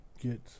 get